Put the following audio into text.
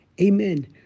Amen